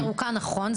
נכון,